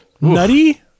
Nutty